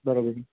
બરાબર